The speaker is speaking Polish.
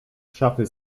szafy